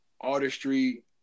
artistry